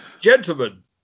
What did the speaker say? Gentlemen